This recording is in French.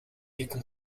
quelles